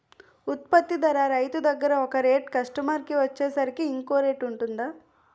ఉత్పత్తి ధర రైతు దగ్గర ఒక రేట్ కస్టమర్ కి వచ్చేసరికి ఇంకో రేట్ వుంటుందా?